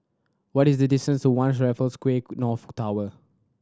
what is the distance to One Raffles Quay North Tower